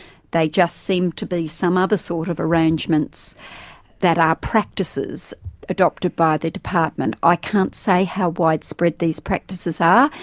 they just seem to be some other sort of arrangements that are practices adopted by the department. i can't say how widespread these practices are,